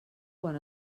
quan